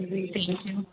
G thank you